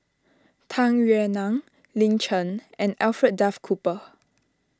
Tung Yue Nang Lin Chen and Alfred Duff Cooper